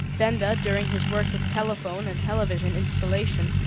benda, during his work with telephone and television installation,